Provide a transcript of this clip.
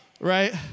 Right